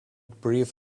brief